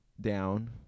down